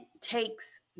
takes